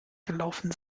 gelaufen